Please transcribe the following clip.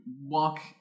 walk